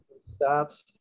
stats